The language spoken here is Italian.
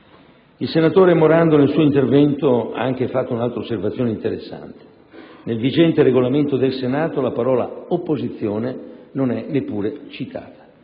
Il senatore Morando nel suo intervento ha anche fatto un'altra osservazione interessante. Nel vigente Regolamento del Senato la parola opposizione non è neppure citata.